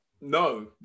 No